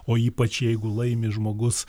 o ypač jeigu laimi žmogus